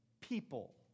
people